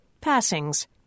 passings